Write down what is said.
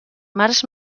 març